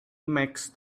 makes